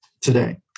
today